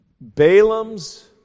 Balaam's